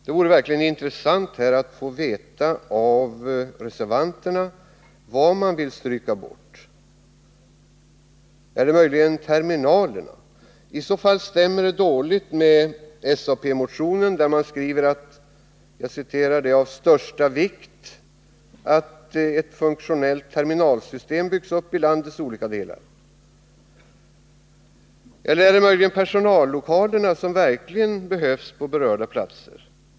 Det vore verkligen intressant att här få veta av reservanterna vad man vill stryka bort. Är det terminalerna? I så fall stämmer detta dåligt med SAP:s motion där man skriver att det är ”av största vikt att ett funktionellt terminalsystem byggs upp i landets olika delar.” Är det möjligen personallokalerna som verkligen behövs på berörda platser?